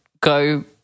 go